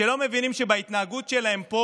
שלא מבינים שבהתנהגות שלהם פה